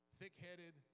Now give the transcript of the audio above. thick-headed